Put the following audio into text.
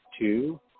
two